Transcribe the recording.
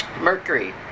Mercury